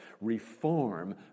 Reform